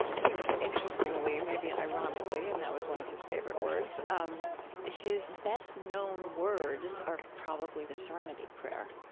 i think, interestingly, maybe ironically, and that was one of his favorite words, um his best-known words are probably the serenity prayer.